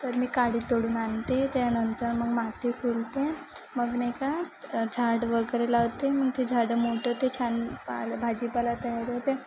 तर मी काडी तोडून आणते त्यानंतर मग माती फुलते मग नाही का झाड वगैरे लावते मग ते झाड मोठं होते छान पालं भाजीपाला तयार होते